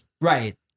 Right